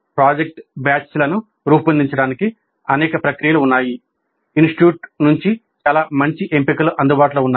project బ్యాచ్లను రూపొందించడానికి ప్రక్రియలు ఉన్నాయి ఇన్స్టిట్యూట్కు చాలా మంచి ఎంపికలు అందుబాటులో ఉన్నాయి